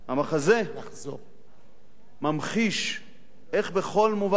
המחזה ממחיש איך בכל מובן,